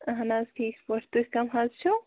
اَہَن حظ ٹھیٖک پٲٹھۍ تُہۍ کٕم حظ چھِو